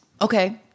Okay